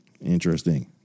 Interesting